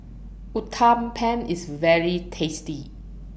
Uthapam IS very tasty